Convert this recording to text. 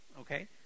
okay